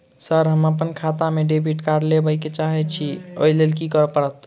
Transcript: Sir हम अप्पन खाता मे डेबिट कार्ड लेबलेल चाहे छी ओई लेल की परतै?